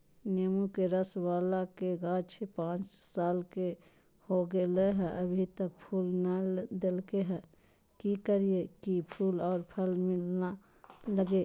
नेंबू रस बाला के गाछ पांच साल के हो गेलै हैं अभी तक फूल नय देलके है, की करियय की फूल और फल मिलना लगे?